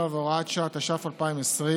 67 והוראת שעה), התש"ף 2020,